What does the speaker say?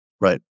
Right